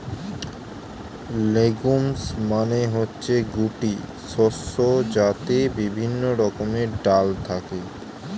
legumes মানে হচ্ছে গুটি শস্য যাতে বিভিন্ন রকমের ডাল থাকে